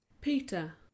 Peter